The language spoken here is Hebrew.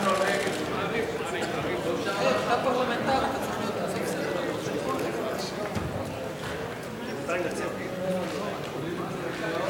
הצעת סיעות רע"ם-תע"ל חד"ש בל"ד להביע אי-אמון